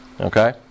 Okay